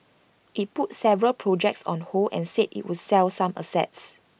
IT put several projects on hold and said IT would sell some assets